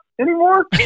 anymore